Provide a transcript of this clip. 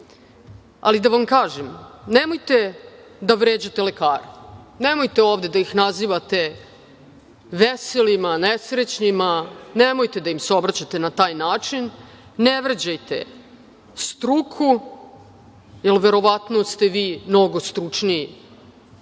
ali da vam kažem, nemojte da vređate lekare, nemojte ovde da ih nazivate veselima, nesrećnima, nemojte da im se obraćate na taj način. Ne vređajte struku, jer verovatno ste vi mnogo stručniji